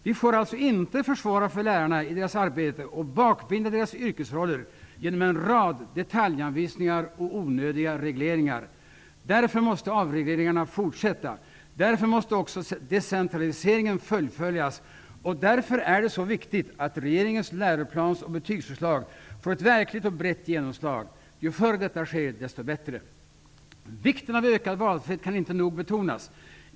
Vi får alltså inte försvåra för lärarna i deras arbete och bakbinda deras yrkesroller genom en rad detaljanvisningar och onödiga regleringar. Därför måste avregleringarna fortsätta. Därför måste också decentraliseringen fullföljas, och därför är det så viktigt att regeringens läroplansoch betygsförslag får ett verkligt och brett genomslag. Ju förr detta sker desto bättre. Vikten av ökad valfrihet kan inte nog betonas.